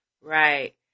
right